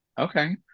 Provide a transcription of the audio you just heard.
Okay